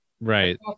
right